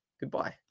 goodbye